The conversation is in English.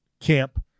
camp